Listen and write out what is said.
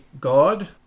God